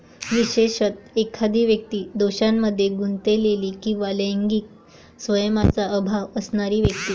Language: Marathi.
विशेषतः, एखादी व्यक्ती दोषांमध्ये गुंतलेली किंवा लैंगिक संयमाचा अभाव असणारी व्यक्ती